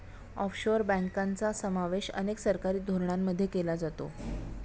offshore बँकांचा समावेश अनेक सरकारी धोरणांमध्ये केला जातो